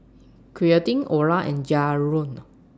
Quintin Orla and Jaron